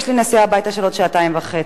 יש לי נסיעה הביתה של עוד שעתיים וחצי,